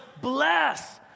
Bless